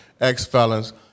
ex-felons